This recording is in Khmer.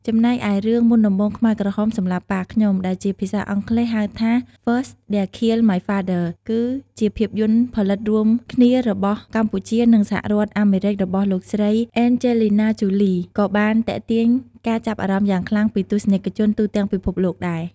ចំណែកឯរឿង "មុនដំបូងខ្មែរក្រហមសម្លាប់ប៉ាខ្ញុំ" ដែលជាភាសាអង់គ្លេស ហៅថា First They Killed My Father គឺ ជាភាពយន្តផលិតរួមគ្នារវាងកម្ពុជា និងសហរដ្ឋអាមេរិករបស់ លោកស្រី អេនជេលីណា ជូលី ក៏បានទាក់ទាញការចាប់អារម្មណ៍យ៉ាងខ្លាំងពីទស្សនិកជនទូទាំងពិភពលោកដែរ។